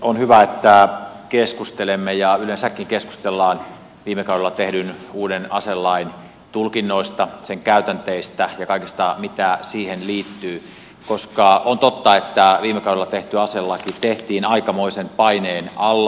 on hyvä että keskustelemme ja yleensäkin keskustellaan viime kaudella tehdyn uuden aselain tulkinnoista sen käytänteistä ja kaikesta mitä siihen liittyy koska on totta että viime kaudella tehty aselaki tehtiin aikamoisen paineen alla